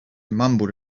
mumbled